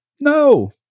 No